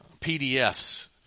PDFs